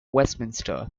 westminster